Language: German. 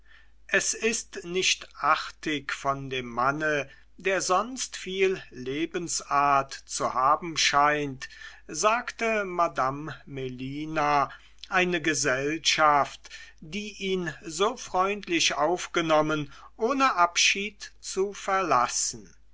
es ist nicht artig von dem manne der sonst viel lebensart zu haben scheint sagte madame melina eine gesellschaft die ihn so freundlich aufgenommen ohne abschied zu verlassen